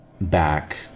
back